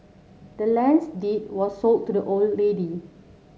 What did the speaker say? the land's deed was sold to the old lady